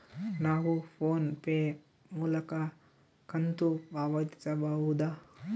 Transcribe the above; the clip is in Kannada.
ನಾವು ಫೋನ್ ಪೇ ಮೂಲಕ ಕಂತು ಪಾವತಿಸಬಹುದಾ?